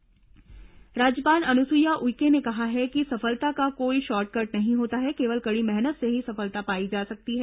राज्यपाल हेमचंद विवि राज्यपाल अनुसुईया उइके ने कहा है कि सफलता का कोई शॉर्टकर्ट नहीं होता है केवल कड़ी मेहनत से ही सफलता पाई जा सकती है